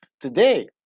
today